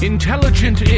Intelligent